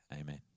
Amen